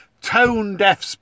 tone-deaf